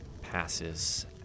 passes